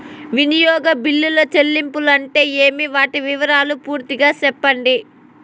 వినియోగ బిల్లుల చెల్లింపులు అంటే ఏమి? వాటి వివరాలు పూర్తిగా సెప్పండి?